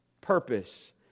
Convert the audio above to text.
purpose